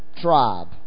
tribe